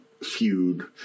feud